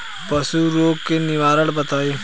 पशु रोग के निवारण बताई?